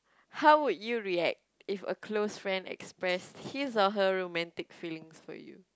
how would you react if a close friend express his or her romantic feelings for you